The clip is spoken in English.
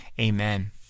amen